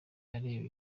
areba